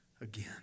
again